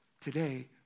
Today